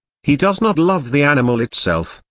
he does not love the animal itself,